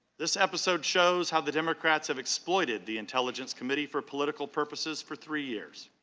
this episode shows how the democrats have exploited the intelligence committee for political purposes for three years.